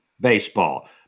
baseball